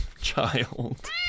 child